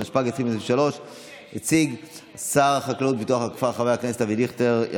התשפ"ג 2023. יציג שר החקלאות ופיתוח הכפר חבר הכנסת אבי דיכטר.